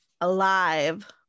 alive